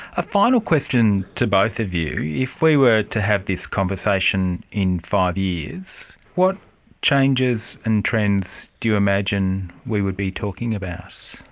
a final question to both of you. if we were to have this conversation in five years, what changes and trends do you imagine we would be talking about?